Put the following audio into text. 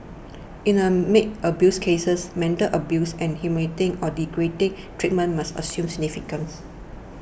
in the maid abuse cases mental abuse and humiliating or degrading treatment must assume significance